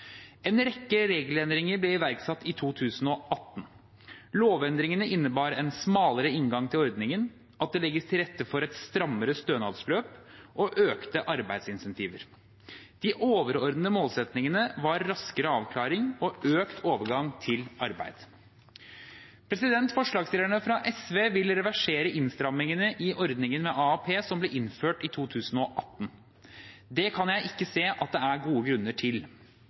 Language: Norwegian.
En rekke regelendringer ble iverksatt i 2018. Lovendringene innebar en smalere inngang til ordningen, at det legges til rette for et strammere stønadsløp og økte arbeidsinsentiver. De overordnede målsettingene var raskere avklaring og økt overgang til arbeid. Forslagsstillerne fra SV vil reversere innstrammingene i ordningen med AAP som ble innført i 2018. Det kan jeg ikke se at det er gode grunner til.